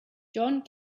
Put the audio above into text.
john